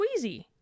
squeezy